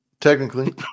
technically